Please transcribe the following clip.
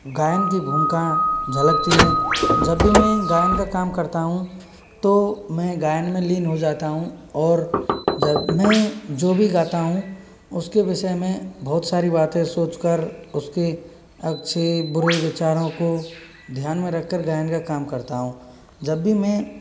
गायन की भूमिका झलकती है जब भी मैं गायन का काम करता हूँ तो मैं गायन में लीन हो जाता हूँ और जब मैं जो भी गाता हूँ उसके विषय में बहुत सारी बातें सोच कर उसके अच्छे बुरे विचारों को ध्यान में रखकर गायन का काम करता हूँ जब भी मैं